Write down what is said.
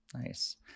Nice